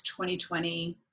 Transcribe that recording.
2020